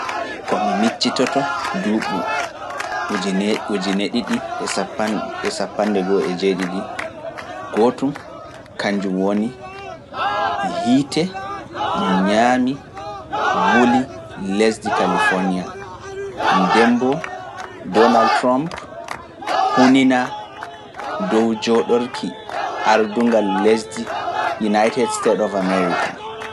Komi miccitoto duuɓu ujune e temedde jetati e sappande jedidi (eighteen seventy), gootum, kanjum woni, hiite ñaami wuli lesdi Kalifoonya, ndemboo Donald Trump huninaa dow jooɗorki ardungal lesdi United States of America.